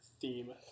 theme